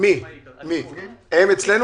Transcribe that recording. מי בעד המיזוג?